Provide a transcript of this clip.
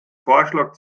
vorschlag